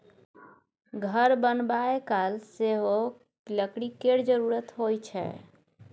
घर बनाबय काल सेहो लकड़ी केर जरुरत होइ छै